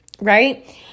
right